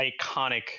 iconic